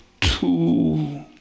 two